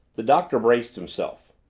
the doctor braced himself.